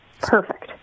Perfect